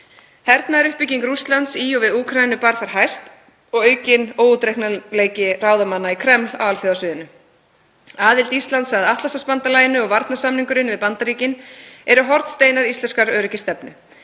Hernaðaruppbyggingu Rússlands í og við Úkraínu bar þar hæst og aukinn óútreiknanleika ráðamanna í Kreml á alþjóðasviðinu. Aðild Íslands að Atlantshafsbandalaginu og varnarsamningurinn við Bandaríkin eru hornsteinar íslenskrar öryggisstefnu.